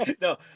No